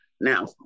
now